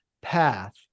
path